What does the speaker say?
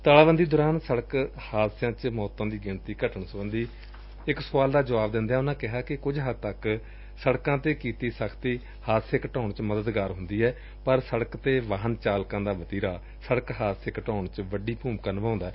ਤਾਲਾਬੰਦੀ ਦੌਰਾਨ ਸੜਕ ਹਾਦਸਿਆਂ ਵਿਚ ਮੌਤਾਂ ਦੀ ਗਿਣਤੀ ਘਟਣ ਸਬੰਧੀ ਇਕ ਸੁਆਲ ਦਾ ਜੁਆਬ ਦਿੰਦਿਆਂ ਉਨੂਾਂ ਕਿਹਾ ਕਿ ਕੁਝ ਹੱਦ ਤੱਕ ਸੜਕਾਂ ਤੇ ਕੀਤੀ ਸਖ਼ਤੀ ਹਾਦਸੇ ਘਟਾਉਣ ਵਿਚ ਮਦਦਗਾਰ ਹੁੰਦੀ ਏ ਪਰ ਸੜਕ ਤੇ ਵਾਹਨ ਚਾਲਕਾ ਦਾ ਵਤੀਰਾ ਸੜਕ ਹਾਦਸੇ ਘਟਾਊਣ ਵਿਚ ਵੱਡੀ ਭੂਮਿਕਾ ਨਿਭਾਊਦਾ ਏ